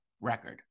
record